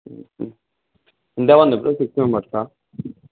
ఎంతమంది ఇప్పుడు six members